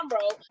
roll